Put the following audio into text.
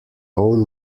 own